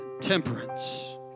temperance